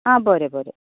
आं बरें बरें